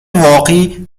واقعی